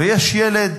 ויש ילד